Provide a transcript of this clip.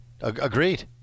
Agreed